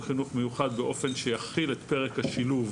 החינוך המיוחד באופן שיחיל את פרק השילוב